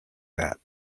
that